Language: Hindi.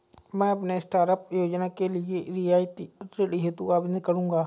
मैं अपने स्टार्टअप योजना के लिए रियायती ऋण हेतु आवेदन करूंगा